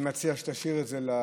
מקלב: אני מציע שתשאיר את זה לשאילתה,